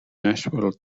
nashville